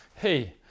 Hey